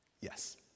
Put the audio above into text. Yes